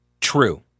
true